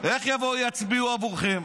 איך יבואו ויצביעו עבורכם?